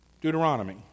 Deuteronomy